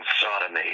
sodomy